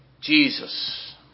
Jesus